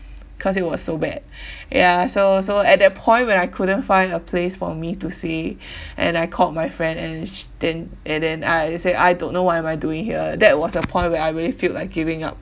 cause it was so bad ya so so at that point when I couldn't find a place for me to stay and I called my friend and she then and then I say I don't know what am I doing here that was a point where I really feel like giving up